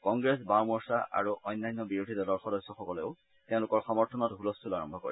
কংগ্ৰেছ বাওমৰ্চা আৰু অন্যান্য বিৰোধীদলৰ সদস্যসকলেও তেওঁলোকৰ সমৰ্থনত ছলস্থল আৰম্ভ কৰে